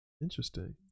Interesting